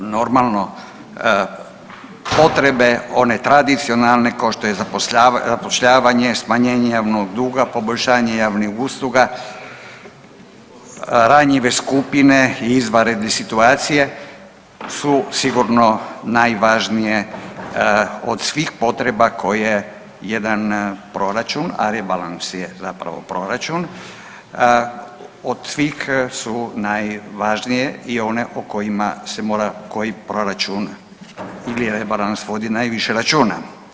Normalno, potrebe one tradicionalne, kao što je zapošljavanje, smanjenje javnog duga, poboljšanje javnih usluga, ranjive skupine i izvanredne situacije su sigurno najvažnije od svih potreba koje jedan proračun, a rebalans je zapravo proračun, od svih su najvažnije i one o kojima se mora proračun ili rebalans vodi najviše računa.